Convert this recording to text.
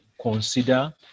consider